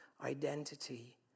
identity